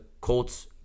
Colts